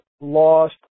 lost